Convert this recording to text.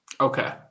Okay